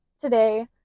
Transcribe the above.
today